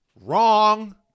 Wrong